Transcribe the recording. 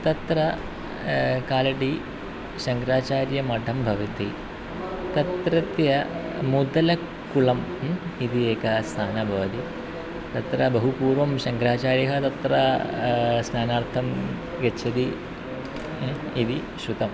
तत्र कालडि शङ्क्राचार्यमठं भवति तत्रत्य मुदलकुलम् इति एकं स्थानं भवति तत्र बहु पूर्वं शङ्कराचार्यः तत्र स्नानार्थं गच्छति इति श्रुतम्